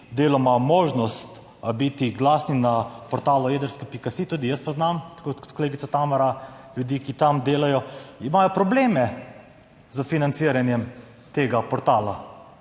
deloma možnost biti glasni na portalu Jedrske.si tudi jaz poznam, tako kot kolegica Tamara, ljudi, ki tam delajo, imajo probleme s financiranjem tega portala,